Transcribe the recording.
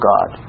God